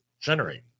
generate